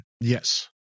yes